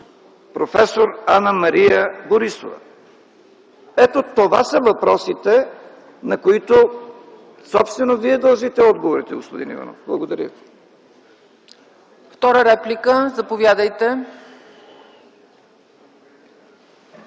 проф. Анна - Мария Борисова? Ето това са въпросите, на които собствено вие дължите отговорите, господин Иванов. Благодаря